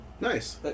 nice